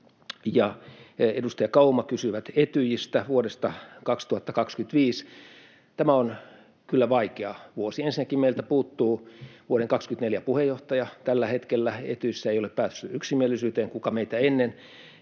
edustaja Kauma kysyvät Etyjistä, vuodesta 2025. Tämä on kyllä vaikea vuosi. Ensinnäkin meiltä puuttuu vuoden 24 puheenjohtaja. Tällä hetkellä Etyjissä ei ole päästy yksimielisyyteen, kuka meitä ennen